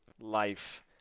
life